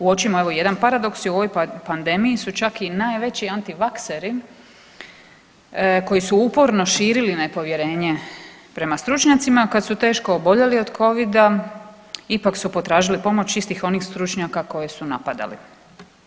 Uočimo evo i jedan paradoks i u ovoj pandemiji su čak i najveći antivakseri koji su uporno širili nepovjerenje prema stručnjacima kad su teško oboljeli od Covida ipak su potražili pomoć istih onih stručnjaka koje su napadali.